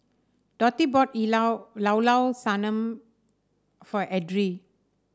Dotty bought Llao Llao Sanum for Edrie